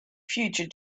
future